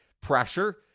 pressure